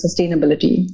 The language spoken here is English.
sustainability